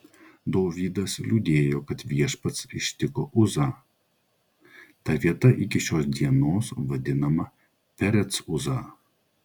dovydas liūdėjo kad viešpats ištiko uzą ta vieta iki šios dienos vadinama perec uza